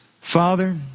Father